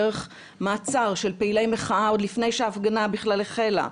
דרך מעצר של פעילי מחאה עוד לפני שההפגנה בכלל החלה,